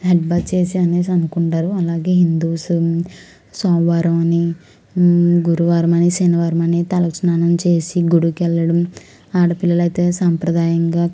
head bath చేసి అనేసి అనుకుంటారు అలాగే హిందూస్ సోమవారం అని గురువారం అని శనివారం అని తలకుస్నానం చేసి గుడికి వెళ్ళడం ఆడపిల్లలైతే సాంప్రదాయంగా